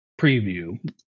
preview